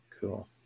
Cool